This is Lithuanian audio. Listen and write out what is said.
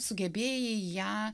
sugebėjai ją